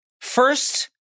First